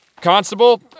Constable